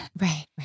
right